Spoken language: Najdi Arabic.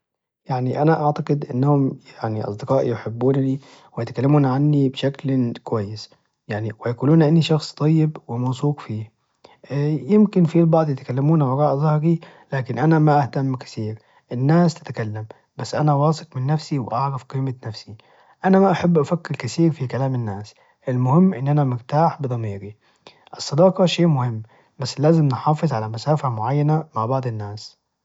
يعني أنا اعتقد ان أصدقائي يحبونني ويتكلمون عني بشكل كويس ويقولون أني شخص طيب وموثوق فيه يمكن في البعض يتكلمون من وراء ظهري لكن أنا ما أهتم كثير الناس تتكلم بس انا واثق من نفسي وأعرف قيمة نفسي أنا ما أحب افكر كثير بكلام الناس المهم إن انا مرتاح بضميري الصداقة شي مهم بس لازم نحافظ على مسافة معينة مع بعض الناس